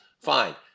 fine